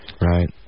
right